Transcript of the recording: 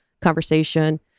conversation